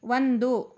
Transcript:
ಒಂದು